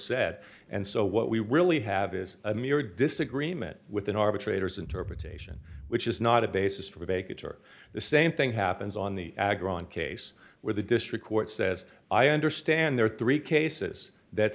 said and so what we really have is a mere disagreement with an arbitrator's interpretation which is not a basis for making sure the same thing happens on the agro on case where the district court says i understand there are three cases that